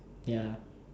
ya